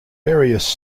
various